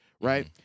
right